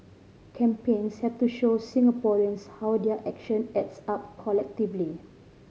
campaigns have to show Singaporeans how their action adds up collectively